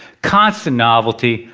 constant novelty,